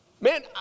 Man